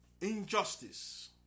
injustice